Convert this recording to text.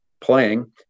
playing